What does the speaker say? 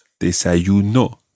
Desayuno